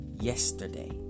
yesterday